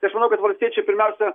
tai aš manau kad valstiečiai pirmiausia